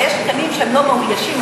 אבל יש תקנים שהם לא מאוישים,